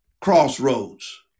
Crossroads